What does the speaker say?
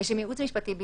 לשם ייעוץ משפטי בלבד,